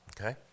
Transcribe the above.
Okay